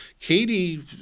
Katie